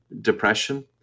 depression